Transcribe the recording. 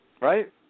Right